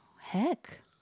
Heck